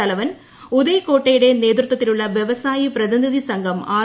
തലവൻ ഉദയ് കോട്ടയുടെ നേതൃത്വത്തിലുള്ള വൃവസായി പ്രിതിനിധി സംഘം ആർ